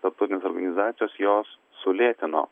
tarptautinės organizacijos jos sulėtino